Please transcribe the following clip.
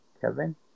Kevin